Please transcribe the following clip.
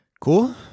Cool